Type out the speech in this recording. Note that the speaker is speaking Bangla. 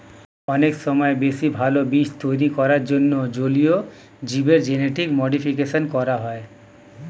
অনেক সময় বেশি ভালো জীব তৈরী করার জন্যে জলীয় জীবের জেনেটিক মডিফিকেশন করা হয়